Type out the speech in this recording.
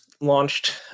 launched